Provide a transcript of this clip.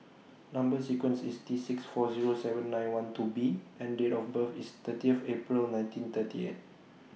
Number sequence IS T six four Zero seven nine one two B and Date of birth IS thirtith April nineteen thirty eight